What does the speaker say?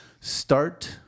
start